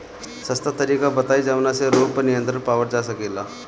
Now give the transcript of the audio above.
सस्ता तरीका बताई जवने से रोग पर नियंत्रण पावल जा सकेला?